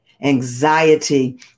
Anxiety